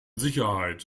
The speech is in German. sicherheit